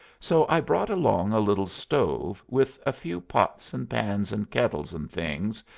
so i brought along a little stove, with a few pots and pans and kettles and things,